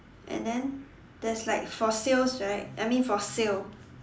and then there's like for sales right I mean for sale